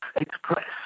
Express